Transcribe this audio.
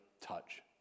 touch